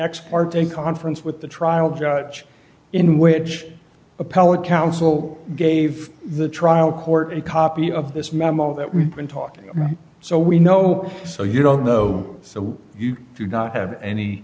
ex parte conference with the trial judge in which appellate counsel gave the trial court a copy of this memo that we've been talking so we know so you don't know so you do not have any